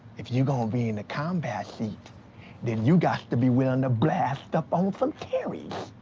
if you gon' be in the combat seat then you gots to be willing to blast up on some terries.